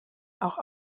auch